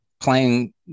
playing